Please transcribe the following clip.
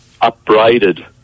upbraided